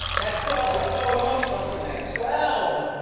that twelve was so emotional to me. twelve!